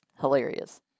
hilarious